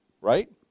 right